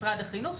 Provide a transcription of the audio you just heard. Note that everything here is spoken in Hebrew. של משרד החינוך,